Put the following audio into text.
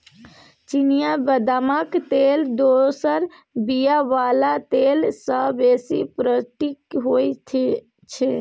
चिनियाँ बदामक तेल दोसर बीया बला तेल सँ बेसी पौष्टिक होइ छै